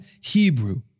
Hebrew